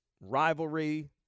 rivalry